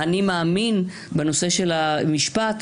האני מאמין בנושא של המשפט,